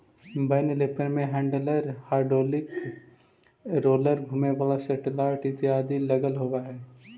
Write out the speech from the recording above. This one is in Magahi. बेल रैपर में हैण्डलर, हाइड्रोलिक रोलर, घुमें वाला सेटेलाइट इत्यादि लगल होवऽ हई